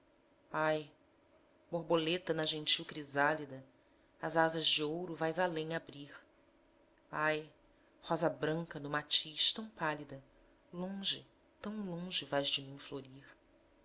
ai borboleta na gentil crisálida as asas de ouro vais além abrir ai rosa branca no matiz tão pálida longe tão longe vais de mim florir